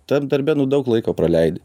tam darbe nu daug laiko praleidi